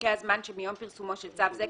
בפרקי הזמן שמיום פרסומו של צו זה,